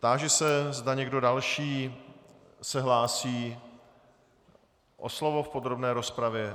Táži se, zda někdo další se hlásí o slovo v podrobné rozpravě.